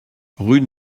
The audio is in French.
route